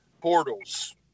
portals